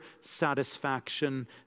satisfaction